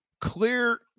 clear